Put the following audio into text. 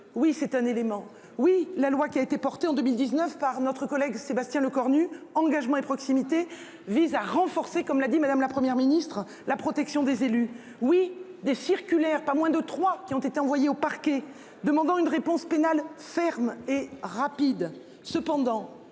Oui, c'est un élément. Oui, la loi qui a été porté en 2019 par notre collègue Sébastien Lecornu engagement et proximité vise à renforcer, comme l'a dit madame, la Première ministre, la protection des élus. Oui des circulaires, pas moins de trois qui ont été envoyées au parquet, demandant une réponse pénale ferme et rapide.